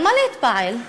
ממה להתפעל?